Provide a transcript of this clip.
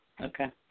okay